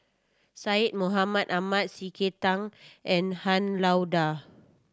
Syed Mohamed Ahmed C K Tang and Han Lao Da